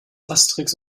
asterix